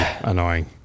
annoying